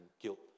guilt